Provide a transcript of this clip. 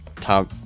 top